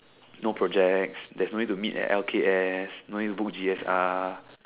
no projects there's no need to meet at L_K_S no need to book G_S_R